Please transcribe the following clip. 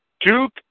Duke